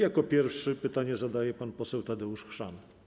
Jako pierwszy pytanie zadaje pan poseł Tadeusz Chrzan.